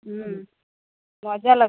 ହୁଁ ମଜା ଲାଗୁଛି